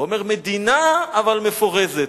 ואומר: מדינה, אבל מפורזת.